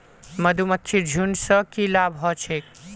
मधुमक्खीर झुंड स की लाभ ह छेक